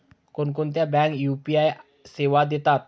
कोणकोणत्या बँका यू.पी.आय सेवा देतात?